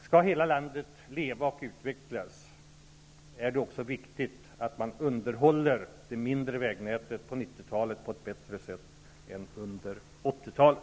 Skall hela landet leva och utvecklas är det också viktigt att man på 90-talet underhåller nätet av mindre vägar på ett bättre sätt än under 80-talet.